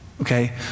okay